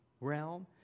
realm